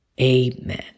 amen